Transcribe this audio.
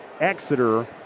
Exeter